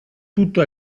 tutto